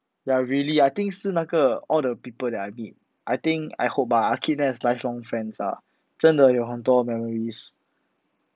ya really I think 是那个 all the people that I meet I think I hope ah keep them as lifelong friend ah 真的有很多 memories